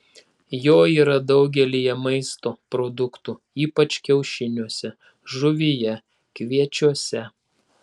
jo yra daugelyje maisto produktų ypač kiaušiniuose žuvyje kviečiuose